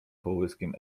połyskiem